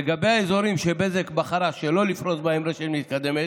לגבי האזורים שבזק בחרה שלא לפרוס בהם רשת מתקדמת,